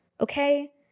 okay